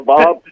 Bob